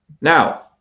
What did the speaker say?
Now